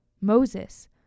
Moses